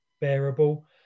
bearable